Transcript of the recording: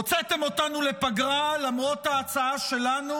הוצאתם אותנו לפגרה למרות ההצעה שלנו